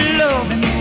loving